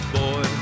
boy